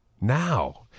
now